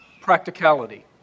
Practicality